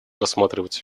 рассматривать